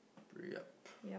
pre~ up